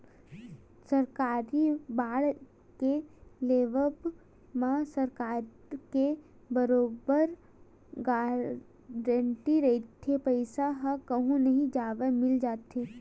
सरकारी बांड के लेवब म सरकार के बरोबर गांरटी रहिथे पईसा ह कहूँ नई जवय मिल जाथे